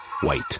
white